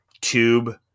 tube